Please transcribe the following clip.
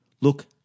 look